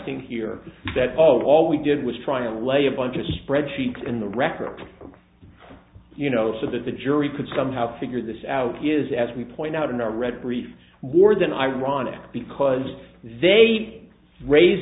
ting here that all we did was try and lay a bunch of spreadsheets in the record you know so that the jury could somehow figure this out is as we point out in our read brief more than ironic because they raised